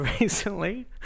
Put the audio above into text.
recently